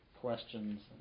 questions